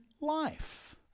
life